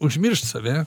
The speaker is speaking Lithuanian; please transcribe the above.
užmiršt save